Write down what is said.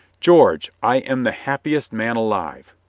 george! i am the happiest man alive!